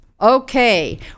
okay